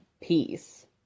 peace